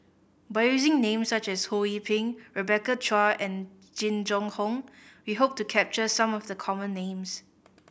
by using names such as Ho Yee Ping Rebecca Chua and Jing Jun Hong we hope to capture some of the common names